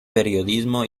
periodismo